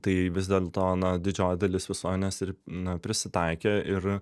tai vis dėlto na didžioji dalis visuomenės ir na prisitaikė ir